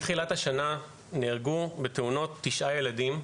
מתחילת השנה נהרגו בתאונות תשעה ילדים,